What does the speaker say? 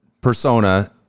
persona